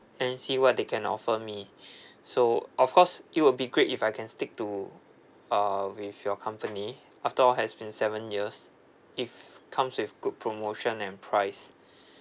then see what they can offer me so of course it will be great if I can stick to uh with your company after all has been seven years if comes with good promotion and price